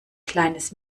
kleines